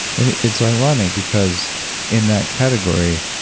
and it's ironic because in that category,